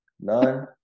none